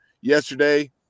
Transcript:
Yesterday